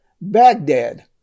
Baghdad